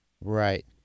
Right